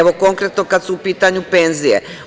Evo, konkretno kad su u pitanju penzije.